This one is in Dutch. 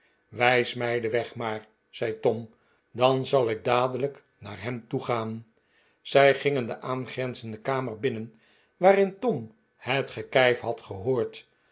wijs mij den weg maar zei tom dan zal ik dadelijk naar hem toe gaan zij gingen de aangrenzende kamer binnen waarin tom het gekijf had gehoord